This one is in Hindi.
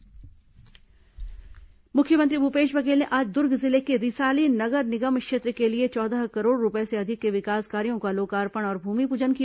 मुख्यमंत्री दौरा मुख्यमंत्री भूपेश बघेल ने आज दुर्ग जिले के रिसाली नगर निगम क्षेत्र के लिए चौदह करोड़ रूपये से अधिक के विकास कार्यों का लोकार्पण और भूमिपूजन किया